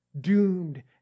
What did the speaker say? doomed